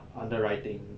underwriting